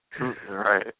Right